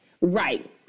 Right